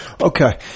Okay